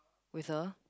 with a